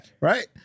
Right